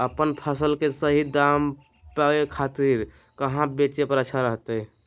अपन फसल के सही दाम पावे खातिर कहां बेचे पर अच्छा रहतय?